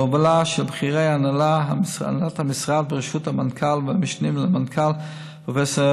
בהובלה של בכירי הנהלת המשרד בראשות המנכ"ל והמשנים למנכ"ל פרופ'